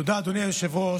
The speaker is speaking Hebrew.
תודה, אדוני היושב-ראש.